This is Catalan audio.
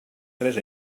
tres